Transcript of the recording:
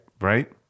Right